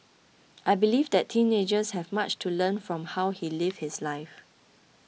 I believe that teenagers have much to learn from how he lived his life